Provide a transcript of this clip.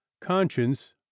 conscience